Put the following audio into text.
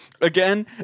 Again